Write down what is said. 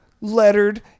lettered